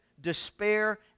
despair